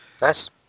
Nice